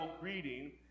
greeting